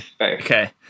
Okay